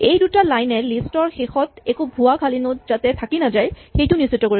এই দুটা লাইন এ লিষ্ট ৰ শেষত একো ভুৱা খালী নড যাতে থাকি নাযায় সেইটো নিশ্চিত কৰিব